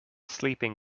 sleeping